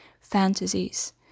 fantasies